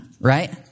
right